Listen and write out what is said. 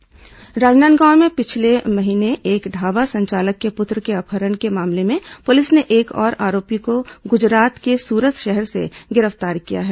अपहरण मामला राजनांदगांव में पिछले महीने एक ढाबा संचालक के पुत्र के अपहरण के मामले में पुलिस ने एक और आरोपी को गुजरात के सूरत शहर से गिरफ्तार किया है